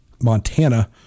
Montana